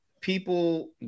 people –